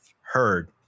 Heard